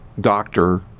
doctor